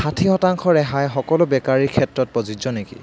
ষাঠী শতাংশ ৰেহাই সকলো বেকাৰীৰ ক্ষেত্ৰত প্ৰযোজ্য নেকি